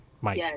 Mike